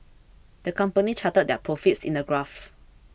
the company charted their profits in a graph